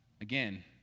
Again